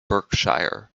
berkshire